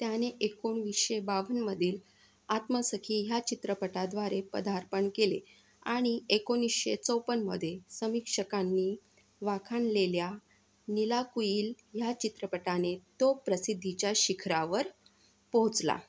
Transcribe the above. त्याने एकोणवीसशे बावन्नमधील आत्मसखी ह्या चित्रपटाद्वारे पदार्पण केले आणि एकोणीसशे चौपन्नमध्ये समीक्षकांनी वाखाणलेल्या नीलाकुयील ह्या चित्रपटाने तो प्रसिद्धीच्या शिखरावर पोहोचला